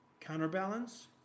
counterbalance